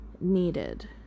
needed